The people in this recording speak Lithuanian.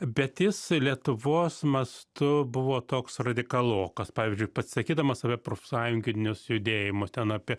bet jis lietuvos mastu buvo toks radikalokas pavyzdžiui pats laikydamas save profsąjunginius judėjimus ten apie